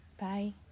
bye